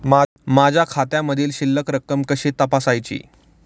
माझ्या खात्यामधील शिल्लक रक्कम कशी तपासायची?